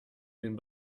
den